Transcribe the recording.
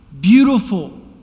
beautiful